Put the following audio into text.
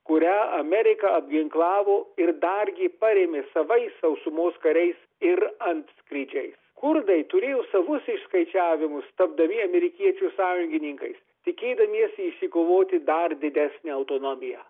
kurią amerika apginklavo ir dargi parėmė savais sausumos kariais ir antskrydžiais kurdai turėjo savus išskaičiavimus tapdami amerikiečių sąjungininkais tikėdamiesi išsikovoti dar didesnę autonomiją